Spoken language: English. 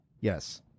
Yes